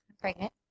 pregnant